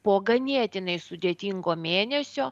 po ganėtinai sudėtingo mėnesio